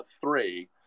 three